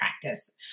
practice